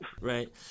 Right